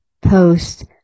post